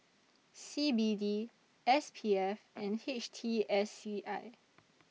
C B D S P F and H T S C I